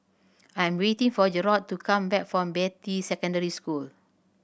I'm waiting for Jerrod to come back from Beatty Secondary School